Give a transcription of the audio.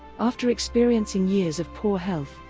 after experiencing years of poor health,